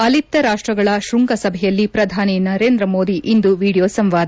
ಅಲಿಪ್ತ ರಾಷ್ಟಗಳ ಶೃಂಗ ಸಭೆಯಲ್ಲಿ ಪ್ರಧಾನಿ ನರೇಂದ್ರ ಮೋದಿ ಇಂದು ವಿಡಿಯೋ ಸಂವಾದ